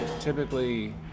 typically